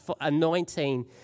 anointing